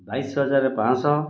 ବାଇଶି ହଜାର ପାଞ୍ଚ ଶହ